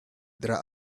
there